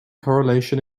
correlation